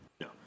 No